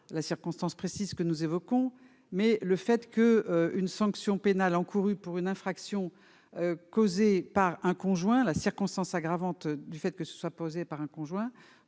les circonstances précises que nous évoquons, mais le fait que, une sanction pénale encourue pour une infraction causée par un conjoint la circonstance aggravante du fait que ce soit posée par un conjoint